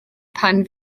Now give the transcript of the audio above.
pan